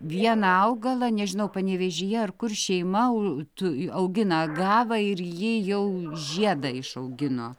vieną augalą nežinau panevėžyje ar kur šeima tu augina agavą ir ji jau žiedą išaugino